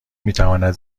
میتواند